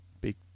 big